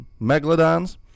megalodons